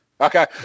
Okay